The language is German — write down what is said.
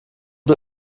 der